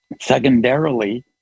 Secondarily